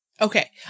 Okay